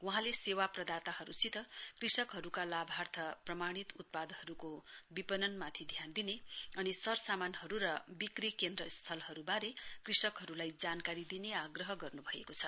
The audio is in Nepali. वहाँले सेवा प्रदाताहरूसित कृषकहरूका लाभार्थ प्रमाणित उत्पादहरूको विपणनमाथि ध्यान दिने अनि सरसामानहरू र विक्री केन्द्र स्थलहरूबारे कषकहरूलाई जानकारी दिने आग्रह गर्नुभएको छ